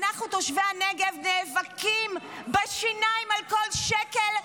אנחנו תושבי הנגב נאבקים בשיניים על כל שקל,